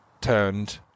turned